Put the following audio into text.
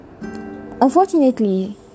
unfortunately